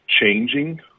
changing